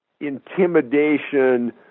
intimidation